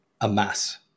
amass